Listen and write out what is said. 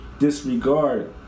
disregard